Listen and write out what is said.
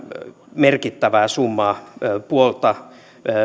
merkittävää summaa puolta